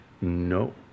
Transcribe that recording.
No